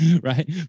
Right